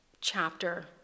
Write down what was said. chapter